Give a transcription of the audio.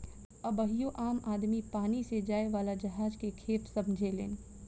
अबहियो आम आदमी पानी से जाए वाला जहाज के खेप समझेलेन